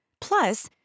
Plus